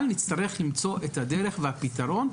אבל נצטרך למצוא את הדרך והפתרון,